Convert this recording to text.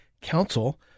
Council